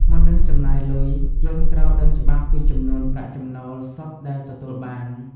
មុននឹងចំណាយលុយ យើងត្រូវដឹងច្បាស់ពីចំនួនប្រាក់ចំណូលសុទ្ធដែលទទួលបាន។